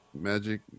Magic